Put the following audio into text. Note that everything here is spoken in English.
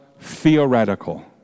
theoretical